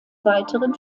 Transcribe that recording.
weiteren